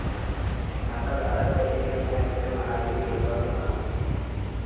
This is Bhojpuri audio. खाताधारक क एक एम.एम.आई.डी नंबर होला